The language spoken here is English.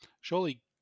Surely